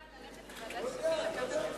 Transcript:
לא יודע.